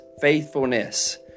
faithfulness